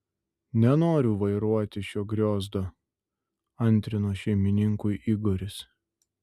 nenoriu vairuoti šito griozdo antrino šeimininkui igoris